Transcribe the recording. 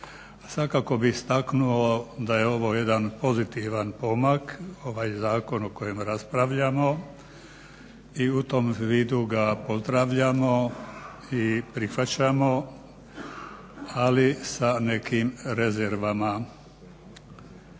Svakako bih istaknuo da je ovo jedan pozitivan pomak, ovaj zakon o kojem raspravljamo i u tom vidu ga pozdravljamo i prihvaćamo ali sa nekim rezervama.